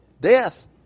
Death